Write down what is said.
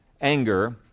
anger